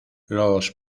los